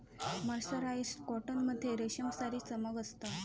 mercerised cotton मध्ये रेशमसारी चमक असता